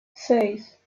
seis